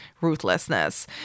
ruthlessness